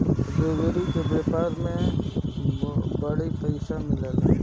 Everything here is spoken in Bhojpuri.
लुगदी के व्यापार से बड़ी पइसा मिलेला